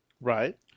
Right